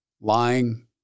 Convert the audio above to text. lying